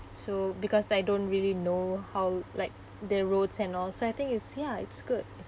so because I don't really know how like the roads and all so I think is ya it's good